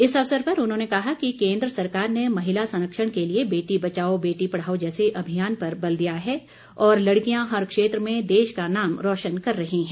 इस अवसर पर उन्होंने कहा कि केन्द्र सरकार ने महिला संरक्षण के लिए बेटी बचाओ बेटी पढ़ाओ जैसे अभियान पर बल दिया है और लड़कियां हर क्षेत्र में देश का नाम रोशन कर रही हैं